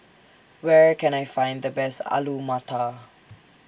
Where Can I Find The Best Alu Matar